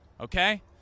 okay